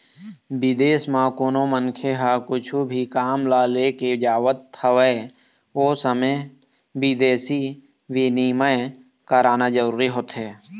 बिदेस म कोनो मनखे ह कुछु भी काम ल लेके जावत हवय ओ समे बिदेसी बिनिमय कराना जरूरी होथे